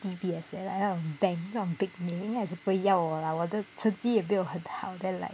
D_B_S leh like 那种 bank 那种 big name 应该也是不会要我啦我的成绩也没有很好啦 then like